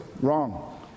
wrong